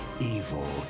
evil